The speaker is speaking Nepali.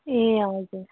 ए हजुर